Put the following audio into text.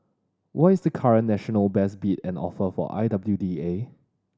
what is the current national best bid and offer for I W D A